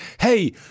hey